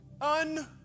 un